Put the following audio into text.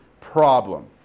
problem